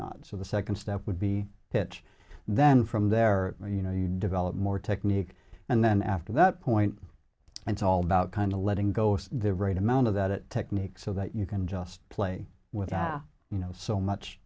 not so the second step would be pitch then from there you know you develop more technique and then after that point and it's all about kind of letting go of the right amount of that it technique so that you can just play with it you know so